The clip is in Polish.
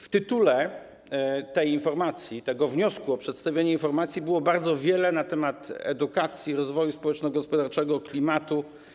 W tytule tego wniosku o przedstawienie informacji było bardzo wiele na temat edukacji, rozwoju społeczno-gospodarczego, klimatu.